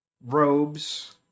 robes